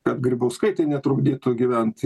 kad grybauskaitei netrukdytų gyvent